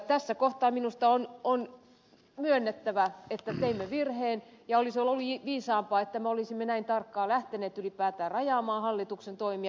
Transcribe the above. tässä kohtaa minusta on myönnettävä että teimme virheen ja olisi ollut viisaampaa ettemme olisi näin tarkkaan lähteneet ylipäätään rajaamaan hallituksen toimia